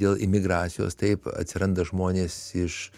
dėl imigracijos taip atsiranda žmonės iš